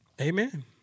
Amen